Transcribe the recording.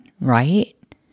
right